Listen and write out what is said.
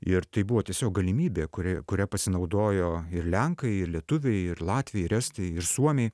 ir tai buvo tiesiog galimybė kuri kuria pasinaudojo ir lenkai ir lietuviai ir latviai ir estai ir suomiai